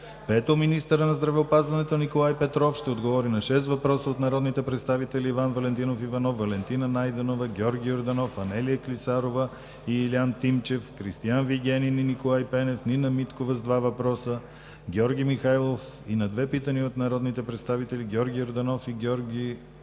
5. Министърът на здравеопазването Николай Петров ще отговори на шест въпроса от народните представители Иван Валентинов Иванов, Валентина Найденова, Георги Йорданов, Анелия Клисарова и Илиян Тимчев, Кристиан Вигенин и Николай Пенев, Нина Миткова с два въпроса; и Георги Михайлов и на две питания от народните представители Георги Йорданов и Георги